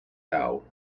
out